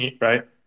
right